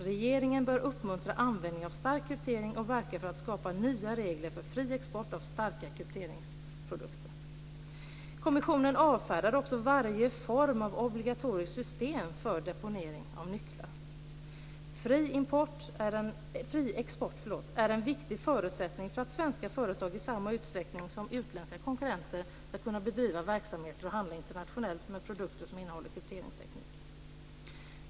Regeringen bör uppmuntra användning av stark kryptering och verka för att skapa nya regler för fri export av starka krypteringsprodukter." "Kommissionen avfärdar varje form av obligatoriskt system för deponering av nycklar." "Fri - export är en viktig förutsättning för att svenska företag i samma utsträckning som utländska konkurrenter skall kunna bedriva verksamhet och handla internationellt med produkter som innehåller krypteringsteknik."